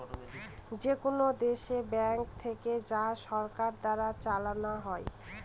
যেকোনো দেশে ব্যাঙ্ক থাকে যা সরকার দ্বারা চালানো হয়